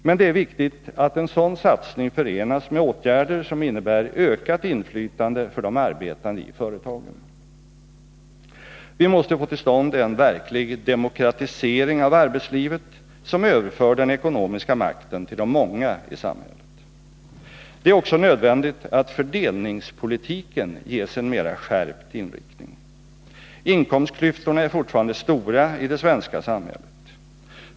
Men det är viktigt att en sådan satsning förenas med åtgärder som innebär ökat inflytande för de arbetande i företagen. Vi måste få till stånd en verklig demokratisering av arbetslivet som överför den ekonomiska makten till de många i samhället. Det är också nödvändigt att fördelningspolitiken ges en mera skärpt inriktning. Inkomstklyftorna är fortfarande stora i det svenska samhället.